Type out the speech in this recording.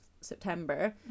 september